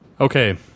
Okay